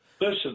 Listen